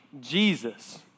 Jesus